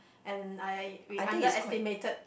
and I we underestimated